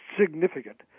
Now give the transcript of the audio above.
Significant